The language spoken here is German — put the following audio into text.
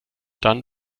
dann